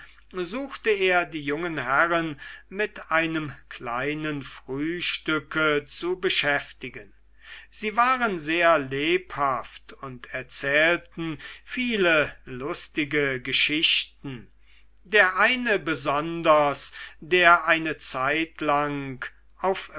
suchte er die jungen herren mit einem kleinen frühstücke zu beschäftigen sie waren sehr lebhaft und erzählten viele lustige geschichten der eine besonders der eine zeitlang auf